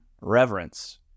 reverence